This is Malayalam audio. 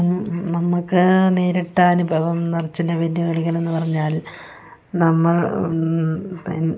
നമു നമുക്ക് നേരിട്ട അനുഭവം നിറ ചില വെല്ലുവിളികളെന്ന് പറഞ്ഞാൽ നമ്മൾ പിൻ